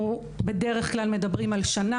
אנחנו בדרך כלל מדברים על שנה,